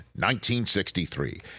1963